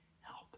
help